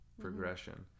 progression